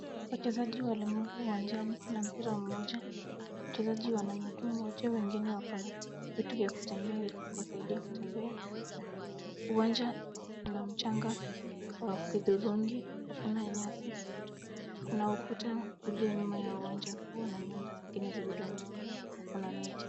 Wachezaji walemavu uwanjani na mpira mmoja. Wachezaji wana mguu moja wengine wakona vitu vya kutembea ili kuwasaidia kutembea. Uwanja una mchanga wa kidhurungi, hakuna nyasi. Kuna ukuta ulio nyuma ya uwanja huo na nyumba zingine zilizo nyuma na kuna miti.